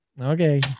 okay